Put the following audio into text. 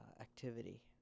activity